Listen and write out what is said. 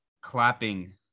clapping